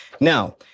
Now